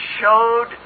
showed